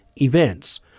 events